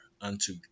unto